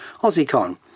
Aussiecon